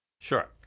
Sure